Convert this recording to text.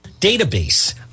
Database